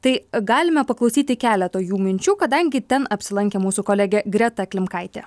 tai galime paklausyti keleto jų minčių kadangi ten apsilankė mūsų kolegė greta klimkaitė